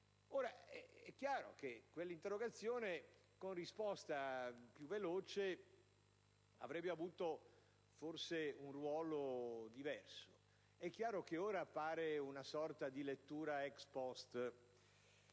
È chiaro che l'interrogazione, con una risposta più veloce, avrebbe avuto forse un ruolo diverso, mentre ora pare una sorta di lettura *ex post*.